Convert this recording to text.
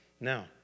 Now